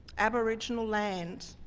aboriginal land.